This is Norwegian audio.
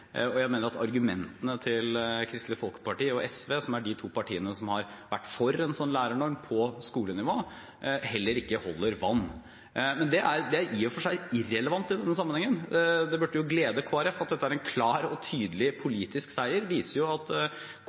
Jeg mener at argumentene til Kristelig Folkeparti og SV, som er de to partiene som har vært for en sånn lærernorm på skolenivå, heller ikke holder vann. Men det er i og for seg irrelevant i denne sammenhengen. Det burde jo glede Kristelig Folkeparti at dette er en klar og tydelig politisk seier. Det viser at